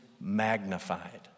magnified